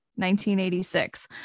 1986